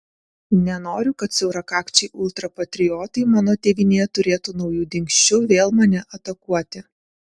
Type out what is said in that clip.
nenoriu kad siaurakakčiai ultrapatriotai mano tėvynėje turėtų naujų dingsčių vėl mane atakuoti